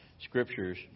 scriptures